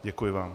Děkuji vám.